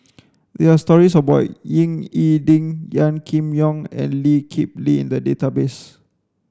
there are stories about Ying E Ding Gan Kim Yong and Lee Kip Lee in the database